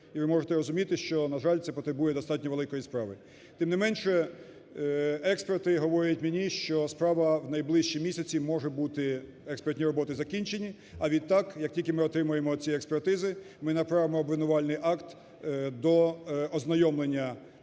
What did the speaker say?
Ви можете розуміти, що, на жаль, це потребує достатньо великої справи. Тим не менше, експерти говорять мені, що справа, в найближчі місяці можуть бути експертні роботи закінчені. А відтак, як тільки ми отримаємо ці експертизи, ми направимо обвинувальний акт до ознайомлення